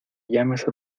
llames